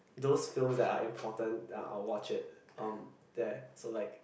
those films that are important uh I will watch it um there so like